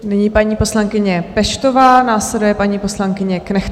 Nyní paní poslankyně Peštová, následuje paní poslankyně Knechtová.